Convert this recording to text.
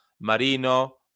Marino